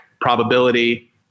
probability